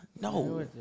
No